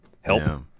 help